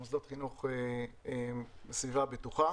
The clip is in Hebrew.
מוסדות חינוך כסביבה בטוחה.